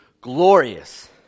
glorious